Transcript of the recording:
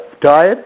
diet